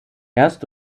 erst